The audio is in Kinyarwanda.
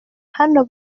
hano